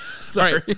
Sorry